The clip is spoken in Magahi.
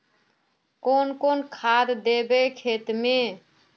कौन कौन खाद देवे खेत में?